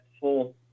full